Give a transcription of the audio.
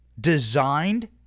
designed